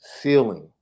ceiling